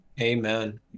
Amen